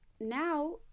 now